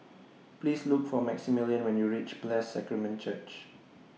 Please Look For Maximillian when YOU REACH Blessed Sacrament Church